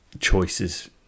choices